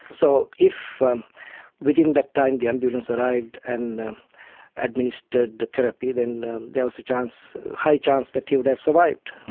so if um within that time the ambulance arrived and administered the therapy, then there was a chance, a high chance that he would have survived.